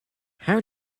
how